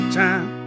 time